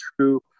true